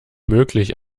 möglich